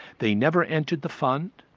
they never entered the fund,